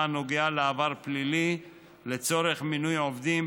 הנוגע לעבר פלילי לצורך מינוי עובדים,